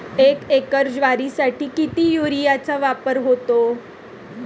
एक एकर ज्वारीसाठी किती युरियाचा वापर होतो?